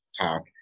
talk